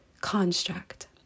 construct